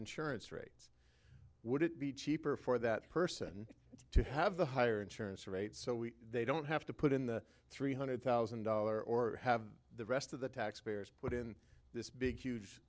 insurance rates would it be cheaper for that person to have the higher insurance rates so we they don't have to put in the three hundred thousand dollars or have the rest of the taxpayers put in this big huge